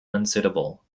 unsuitable